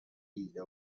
حیله